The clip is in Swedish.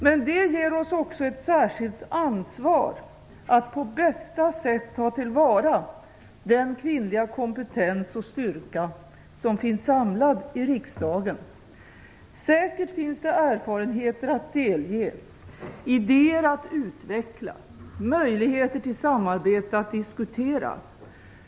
Men det ger oss också ett särskilt ansvar att på bästa sätt ta till vara den kvinnliga kompetens och styrka som finns samlad i riksdagen. Säkert finns det erfarenheter att delge, idéer att utveckla, möjligheter till samarbete att diskutera.